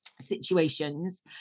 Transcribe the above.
situations